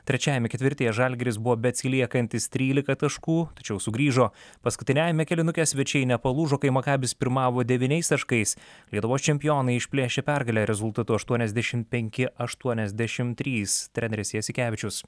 trečiajame ketvirtyje žalgiris buvo beatsiliekantis trylika taškų tačiau sugrįžo paskutiniajame kėlinuke svečiai nepalūžo kai makabis pirmavo devyniais taškais lietuvos čempionai išplėšė pergalę rezultatu aštuoniasdešim penki aštuoniasdešim trys treneris jasikevičius